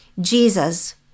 Jesus